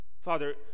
Father